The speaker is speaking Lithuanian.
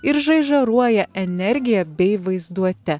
ir žaižaruoja energija bei vaizduote